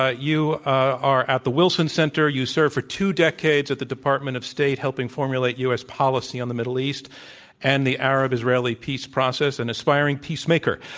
ah you are at the wilson center. you served for two decades at the department of state helping formulate u. s. policy on the middle east and the arab-israeli peace process, an aspiring peace maker.